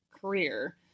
career